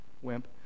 wimp